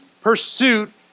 pursuit